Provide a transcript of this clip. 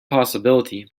possibility